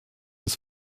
des